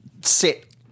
sit